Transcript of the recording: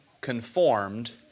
conformed